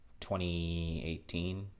2018